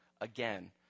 again